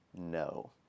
no